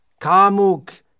Kamuk